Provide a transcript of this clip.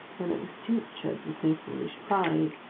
when it was tinctured with no foolish pride,